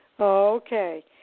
Okay